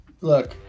look